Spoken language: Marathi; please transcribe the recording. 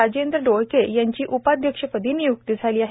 राजेंद्र डोळके यांची उपाध्यक्षपदी निय्क्ती झाली आहे